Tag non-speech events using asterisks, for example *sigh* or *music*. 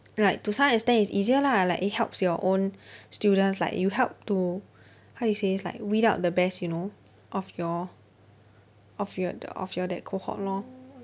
like to some extent it's easier lah like it helps your own *breath* students like you help to how you say it's like weed out the best you know of your of your of your that cohort lor